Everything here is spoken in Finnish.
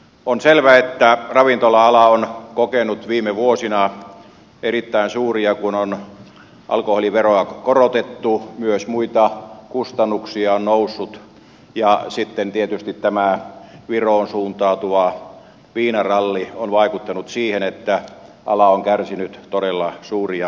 on selvää että ravintola ala on kokenut viime vuosina erittäin suuria kun on alkoholiveroa korotettu myös muut kustannukset ovat nousseet ja sitten tietysti tämä viroon suuntautuva viinaralli on vaikuttanut siihen että ala on kärsinyt todella suuria menetyksiä